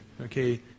okay